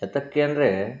ಏತಕ್ಕೆ ಅಂದರೆ